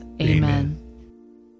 Amen